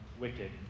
wicked